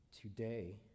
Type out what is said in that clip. today